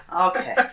okay